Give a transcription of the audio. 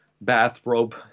bathrobe